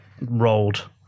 rolled